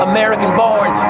American-born